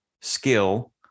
skill